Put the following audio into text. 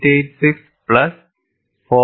886 plus 4